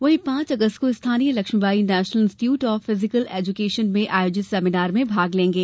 वहीं पांच अगस्त को स्थानीय Lakshmibai national institute of physical education में आयोजित सेमीनार में भाग लेंगे